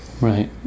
Right